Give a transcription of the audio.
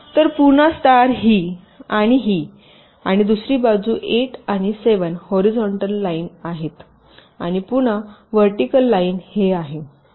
तर पुन्हा स्टार ही आणि ही आणि दुसरी बाजू 8 आणि 7 हॉरीझॉन्टल लाईन आहेत आणि पुन्हा व्हर्टिकल लाईन हे आहे